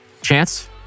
Chance